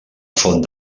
font